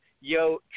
yo